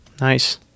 Nice